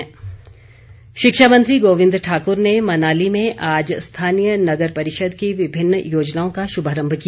गोविंद ठाकुर शिक्षा मंत्री गोविंद ठाकुर ने मनाली में आज स्थानीय नगर परिषद की विभिन्न योजनाओं का शुभारम्भ किया